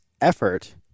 effort